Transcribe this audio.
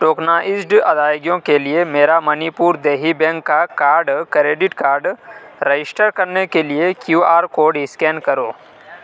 tokenized ادائیگیوں کے لیے میرا منی پور دیہی بینک کا کارڈ کریڈٹ کارڈ رجسٹر کرنے کے لیے کیو آر کوڈ اسکین کرو